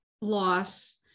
loss